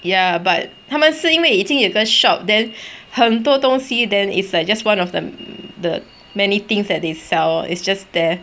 ya but 他们是因为已经有个 shop then 很多东西 then it's like just one of the the many things that they sell it's just there